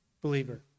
believer